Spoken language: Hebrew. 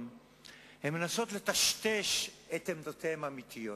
הן מנסות לטשטש את עמדותיהן האמיתיות.